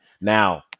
Now